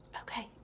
Okay